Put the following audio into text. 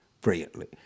brilliantly